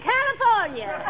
California